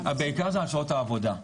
בעיקר זה שעות העבודה,